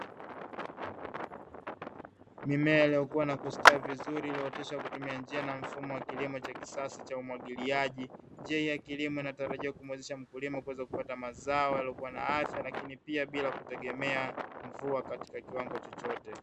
Mimea iliyokuwa na kustawi vizuri iliyooteshwa kwa kutumia njia na mfumo wa kisasa wa kilimo cha umwagiliaji; njia hii ya kilimo inatarajiwa kumuwezesha mkulima kuweza kupata mazao yaliyokuwa na afya, lakini pia bila kutegemea mvua katika kiwango chochote.